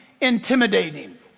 intimidating